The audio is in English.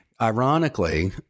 ironically